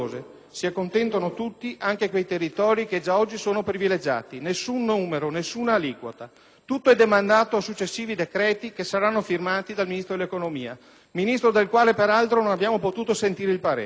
Si accontentano tutti, anche quei territori che già oggi sono privilegiati. Nessun numero, nessuna aliquota. Tutto è demandato a successivi decreti che saranno firmati dal Ministro dell'economia, Ministro del quale peraltro non abbiamo potuto sentire il parere.